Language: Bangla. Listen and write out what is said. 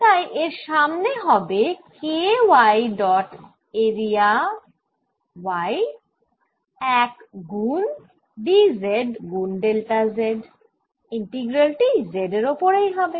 তাই এর সমান হবে K y dot area y 1 গুন dz গুন ডেল্টা z ইন্টিগ্রাল টি z এর ওপরেই হবে